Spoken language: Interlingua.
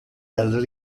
del